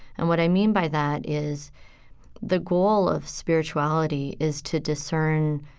and what i mean by that is the goal of spirituality is to discern